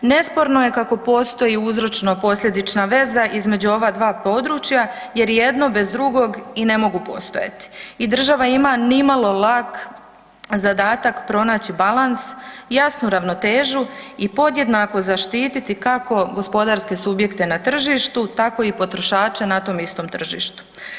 Nesporno je kako postoji uzročno posljedična veza između ova dva područja jer jedno bez drugog i ne mogu postojati i država ima nimalo lak zadatak pronaći balans, jasnu ravnotežu i podjednako zaštiti kako gospodarske subjekte na tržištu tako i potrošače na tom istom tržištu.